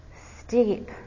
steep